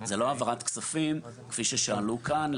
זוהי לא העברת כספים, כפי ששאלו כאן.